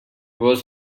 was